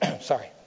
Sorry